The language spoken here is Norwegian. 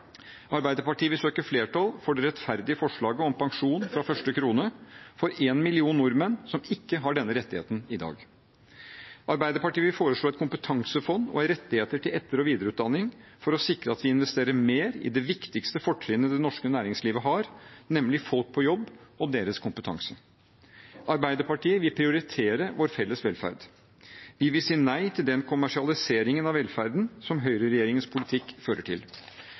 Arbeiderpartiet vil søke flertall for det rettferdige forslaget om pensjon fra første krone for én million nordmenn som ikke har denne rettigheten i dag. Arbeiderpartiet vil foreslå et kompetansefond og rettigheter til etter- og videreutdanning for å sikre at vi investerer mer i det viktigste fortrinnet det norske næringslivet har, nemlig folk på jobb og deres kompetanse. Arbeiderpartiet vil prioritere vår felles velferd. Vi vil si nei til den kommersialiseringen av velferden som høyreregjeringens politikk fører til.